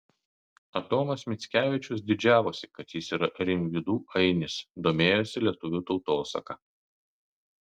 adomas mickevičius didžiavosi kad jis yra rimvydų ainis domėjosi lietuvių tautosaka